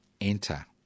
enter